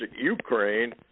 Ukraine